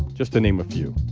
just to name a few.